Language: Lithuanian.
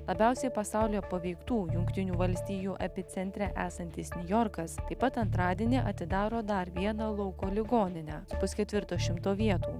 labiausiai pasaulyje paveiktų jungtinių valstijų epicentre esantis niujorkas taip pat antradienį atidaro dar vieną lauko ligoninę su pusketvirto šimto vietų